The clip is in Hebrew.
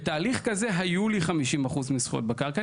בתהליך כזה היו לי 50 אחוז זכויות בקרקע,